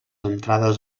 entrades